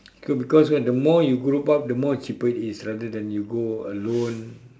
okay because why the more you group up the more cheaper it is rather than you go alone